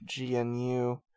GNU